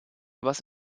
was